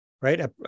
Right